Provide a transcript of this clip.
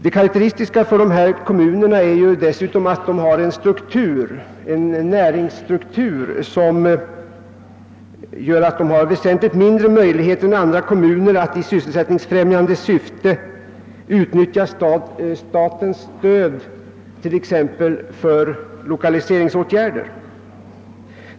Det karakteristiska för dessa kommuner är dessutom att de har en näringsstruktur som ger dem avsevärt mindre möjligheter än andra kommuner att i sysselsättningsfrämjande syfte utnyttja statens stöd, t.ex. för lokaliseringsåtgärder.